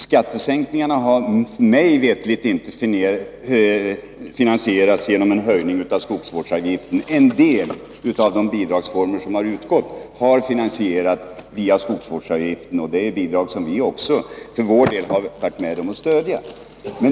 Skattesänkningarna har mig veterligt inte finansierats genom en höjning av skogsvårdsavgiften. En del av de bidragsformer som utgått har finansierats via skogsvårdsavgifter — även bidrag som vi för vår del har varit med om att stödja.